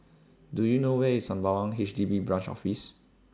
Do YOU know Where IS Sembawang H D B Branch Office